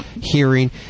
hearing